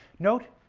note,